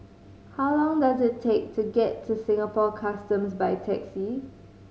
how long does it take to get to Singapore Customs by taxi